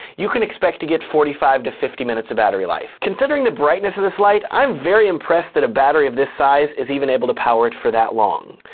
you can expect to get forty five to fifty minutes of battery life. considering the brightness of this light, i'm very impressed that a battery of this size is even able to power it for that long.